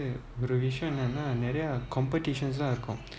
ஒருவிஷயம்என்னனாநெறய:oru vishayam ennana niraiya competitions lah இருக்கும்:irukum